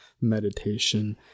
meditation